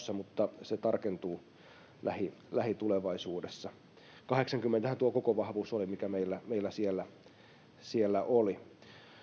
jatkossa mutta se tarkentuu lähitulevaisuudessa kahdeksankymmentähän tuo koko vahvuus oli mikä meillä meillä siellä siellä oli